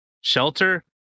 Shelter